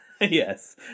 Yes